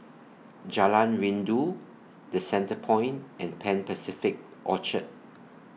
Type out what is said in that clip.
Jalan Rindu The Centrepoint and Pan Pacific Orchard